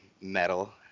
metal